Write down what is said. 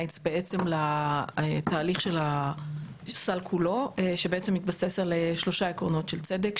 בעצם לתהליך של הסל כולו שבעצם מתבסס על שלושה עקרונות: של צדק,